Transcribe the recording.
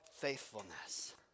faithfulness